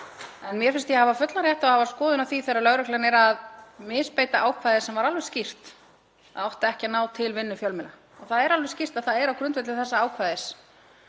Mér finnst ég hafa fullan rétt á að hafa skoðun á því þegar lögreglan er að misbeita ákvæði sem var alveg skýrt að átti ekki að ná til vinnu fjölmiðla. Það er alveg skýrt að það er á grundvelli þessa ákvæðis